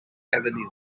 avenue